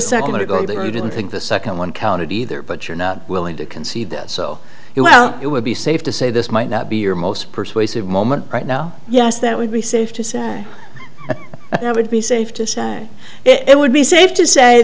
ago that you didn't think the second one counted either but you're not willing to concede that so you know it would be safe to say this might not be your most persuasive moment right now yes that would be safe to say that would be safe to say it would be safe to say